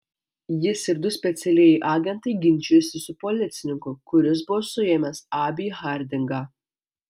jis ir du specialieji agentai ginčijosi su policininku kuris buvo suėmęs abį hardingą